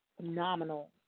phenomenal